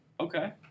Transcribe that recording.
Okay